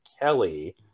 kelly